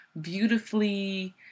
beautifully